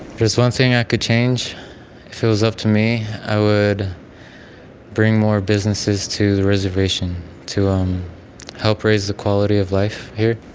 there's one thing i could change if it was up to me, i would bring more business to the reservation to um help raise the quality of life here.